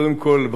קודם כול,